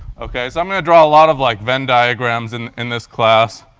ok? so i'm going to draw a lot of like venn diagrams and in this class.